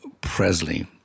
Presley